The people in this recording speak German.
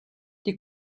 die